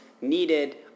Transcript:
needed